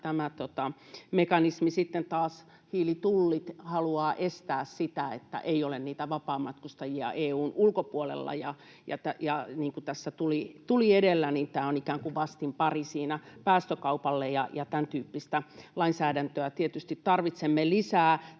Sitten taas hiilitullit haluavat estää sitä, että ei ole niitä vapaamatkustajia EU:n ulkopuolella. Niin kuin tässä tuli edellä, niin tämä on ikään kuin vastinpari päästökaupalle, ja tämäntyyppistä lainsäädäntöä tietysti tarvitsemme lisää.